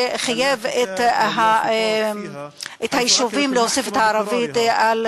שחייב את היישובים להוסיף את הערבית על